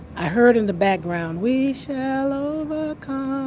i heard in the background we shall overcome.